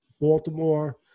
Baltimore